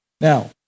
Now